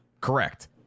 Correct